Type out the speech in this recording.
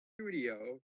studio